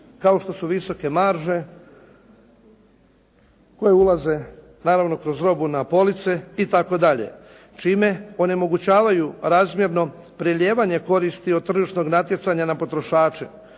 kao što su visoke marže koje ulaze naravno kroz robu na police itd. čime onemogućavaju razmjerno prelijevanje koristi od tržišnog natjecanja na potrošače